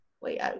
wait